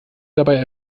dabei